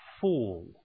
fall